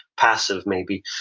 passive maybe.